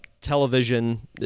television